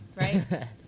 Right